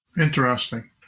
Interesting